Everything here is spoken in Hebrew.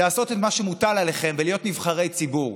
לעשות את מה שמוטל עליכם ולהיות נבחרי ציבור.